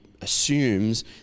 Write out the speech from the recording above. assumes